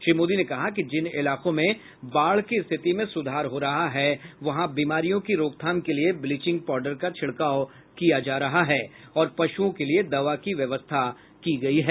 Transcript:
श्री मोदी ने कहा कि जिन इलाकों में बाढ़ की स्थिति में सुधार हो रहा है वहां बीमारियों की रोकथाम के लिए ब्लीचिंग पाउडर का छिड़काव किया जा रहा है और पशुओं के लिए दवा की व्यवस्था की जा रही है